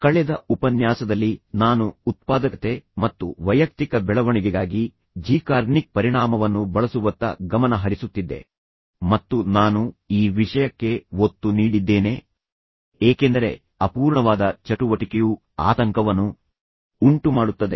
ಕಳೆದ ಉಪನ್ಯಾಸದಲ್ಲಿ ನಾನು ಉತ್ಪಾದಕತೆ ಮತ್ತು ವೈಯಕ್ತಿಕ ಬೆಳವಣಿಗೆಗಾಗಿ ಝಿಗರ್ನಿಕ್ಪ ಪರಿಣಾಮವನ್ನು ಬಳಸುವತ್ತ ಗಮನ ಹರಿಸುತ್ತಿದ್ದೆ ಮತ್ತು ನಾನು ಈ ವಿಷಯಕ್ಕೆ ಒತ್ತು ನೀಡಿದ್ದೇನೆ ಏಕೆಂದರೆ ಅಪೂರ್ಣವಾದ ಚಟುವಟಿಕೆಯು ಆತಂಕವನ್ನು ಉಂಟುಮಾಡುತ್ತದೆ ಇದು ನಿಮಗೆ ಖಿನ್ನತೆಯನ್ನು ಸಹ ಉಂಟುಮಾಡಬಹುದು